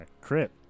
Crit